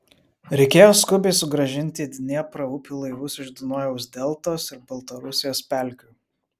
reikėjo skubiai sugrąžinti į dnieprą upių laivus iš dunojaus deltos ir baltarusijos pelkių